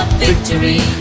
victory